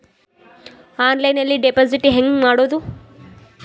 ಆನ್ಲೈನ್ನಲ್ಲಿ ಡೆಪಾಜಿಟ್ ಹೆಂಗ್ ಮಾಡುದು?